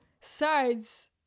sides